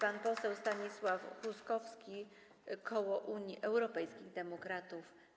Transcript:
Pan poseł Stanisław Huskowski, koło Unii Europejskich Demokratów.